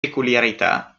peculiarità